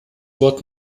wort